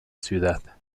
ciudad